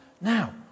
now